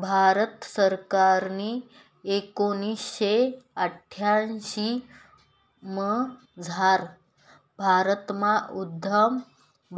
भारत सरकारनी एकोणीशे अठ्यांशीमझार भारतमा उद्यम